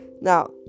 now